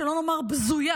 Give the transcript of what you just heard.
שלא לומר בזויה,